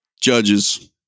Judges